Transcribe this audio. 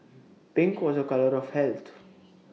pink was A colour of health